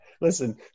Listen